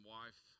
wife